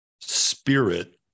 spirit